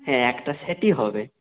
হ্যাঁ একটা সেটই হবে